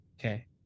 Okay